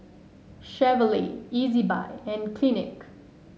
Chevrolet Ezbuy and Clinique